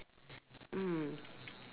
mm